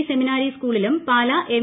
ഉസ്മീനാരി സ്കൂളിലും പാലാ എം